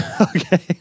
Okay